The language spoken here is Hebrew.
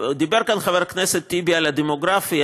דיבר כאן חבר הכנסת טיבי על הדמוגרפיה.